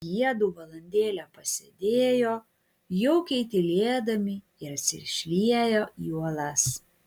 jiedu valandėlę pasėdėjo jaukiai tylėdami ir atsišlieję į uolas